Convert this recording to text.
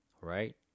Right